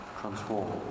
transform